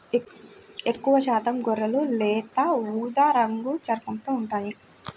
ఎక్కువశాతం గొర్రెలు లేత ఊదా రంగు చర్మంతో ఉంటాయి